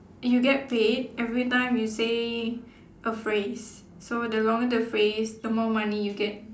you get paid every time you say a phrase so the longer the phrase the more money you get